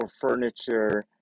furniture